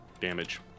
Damage